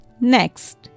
Next